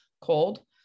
cold